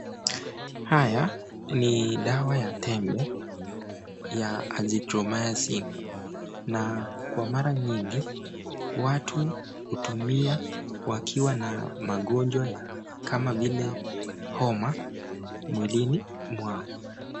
Haya ni dawa ya tembe ya azithromycin na kwa mara mingi watu hutumia wakiwa na magonjwa kama vile homa mwilini mwao.